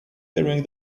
bearing